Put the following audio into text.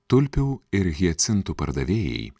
tulpių ir hiacintų pardavėjai